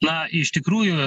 na iš tikrųjų